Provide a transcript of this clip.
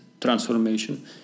transformation